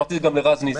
אמרתי את זה גם לרז נזרי.